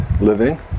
living